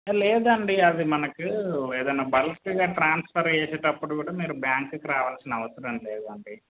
లేదు అండి అవి మనకు ఏదైనా బల్క్గా ట్రాన్స్ఫర్ చేసేటప్పుడు కూడా మీరు బ్యాంక్కి రావాల్సిన అవసరం లేదు అండి